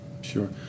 Sure